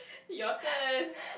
your turn